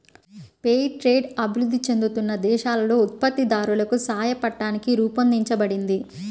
fair trade అభివృద్ధి చెందుతున్న దేశాలలో ఉత్పత్తిదారులకు సాయపట్టానికి రూపొందించబడింది